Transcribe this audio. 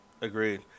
Agreed